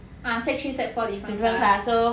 ah sec three sec four different class